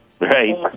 Right